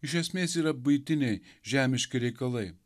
iš esmės yra buitiniai žemiški reikalai